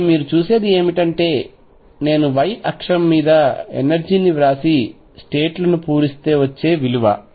కాబట్టి మీరు చూసేది ఏమిటంటే నేను y అక్షం మీద ఎనర్జీ ని వ్రాసి స్టేట్ లను పూరిస్తే వచ్చే విలువ